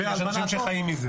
יש אנשים שחיים מזה.